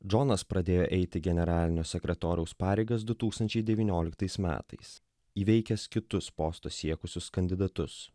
džonas pradėjo eiti generalinio sekretoriaus pareigas du tūkstančiai devynioliktais metais įveikęs kitus posto siekusius kandidatus